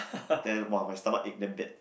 then !wah! my stomachache damn bad